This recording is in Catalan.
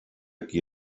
qui